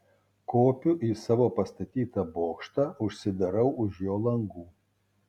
kopiu į savo pastatytą bokštą užsidarau už jo langų